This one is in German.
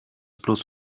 plus